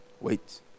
wait